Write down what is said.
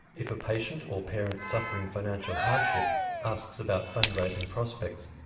if a patient or parent suffering financial hardship asks about fund-raising prospects,